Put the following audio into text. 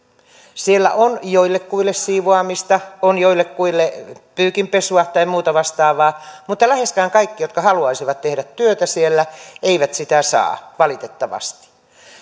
siellä on joillekuille siivoamista on joillekuille pyykinpesua tai muuta vastaavaa mutta läheskään kaikki jotka haluaisivat tehdä työtä siellä eivät sitä saa valitettavasti